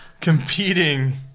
competing